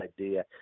idea